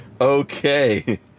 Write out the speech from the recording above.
Okay